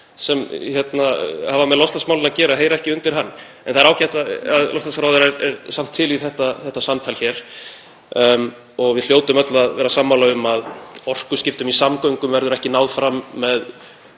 sem hafa með loftslagsmál að gera heyra ekki undir hann. En það er ágætt að loftslagsráðherra er samt til í þetta samtal hér. Við hljótum öll að vera sammála um að orkuskiptum í samgöngum verður ekki náð fram með